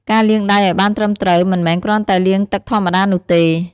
ការលាងដៃឱ្យបានត្រឹមត្រូវ មិនមែនគ្រាន់តែលាងទឹកធម្មតានោះទេ។